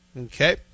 Okay